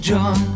John